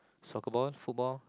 soccer ball football